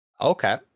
okay